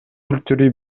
өлтүрүү